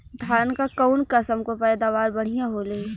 धान क कऊन कसमक पैदावार बढ़िया होले?